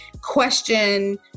question